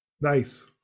Nice